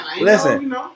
Listen